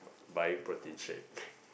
buying protein shake